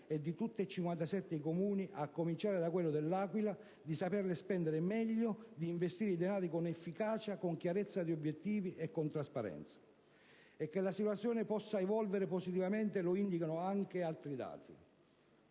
e di tutti e 57 i Comuni, a cominciare da quello dell'Aquila, di saperli spendere meglio, di investire i denari con efficacia, con chiarezza di obiettivi e con trasparenza. Che la situazione possa evolvere positivamente lo indicano anche altri dati.